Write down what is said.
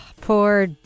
Poor